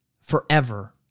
forever